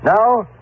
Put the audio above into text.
Now